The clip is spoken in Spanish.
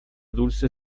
dulce